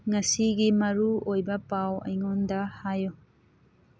ꯉꯁꯤꯒꯤ ꯃꯔꯨ ꯑꯣꯏꯕ ꯄꯥꯎ ꯑꯩꯉꯣꯟꯗ ꯍꯥꯏꯌꯨ